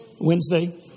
Wednesday